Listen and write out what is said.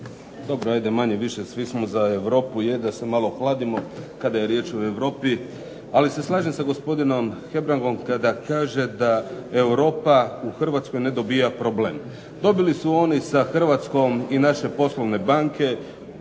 Dobro ajde manje-više svi smo za Europu, je da se malo hladimo kada je riječ o Europi, ali se slažem sa gospodinom Hebrangom kada kaže da Europa u Hrvatskoj ne dobiva problem. Dobili su oni sa Hrvatskom i naše poslovne banke,